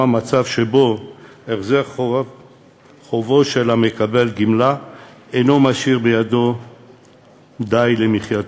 מצב שבו החזר חובו של מקבל הגמלה אינו משאיר בידו די למחייתו.